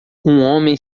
homem